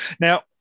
Now